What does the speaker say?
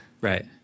Right